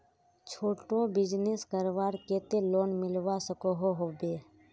छोटो बिजनेस करवार केते लोन मिलवा सकोहो होबे?